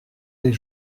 les